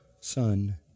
Son